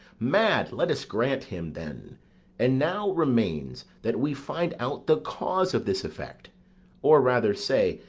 mad let us grant him then and now remains that we find out the cause of this effect or rather say,